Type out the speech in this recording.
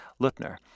Lutner